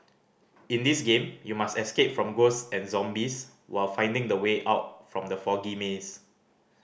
in this game you must escape from ghost and zombies while finding the way out from the foggy maze